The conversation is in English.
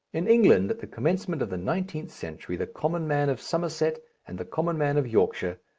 in england at the commencement of the nineteenth century the common man of somerset and the common man of yorkshire,